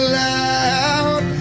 loud